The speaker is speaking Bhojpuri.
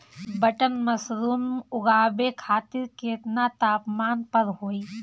बटन मशरूम उगावे खातिर केतना तापमान पर होई?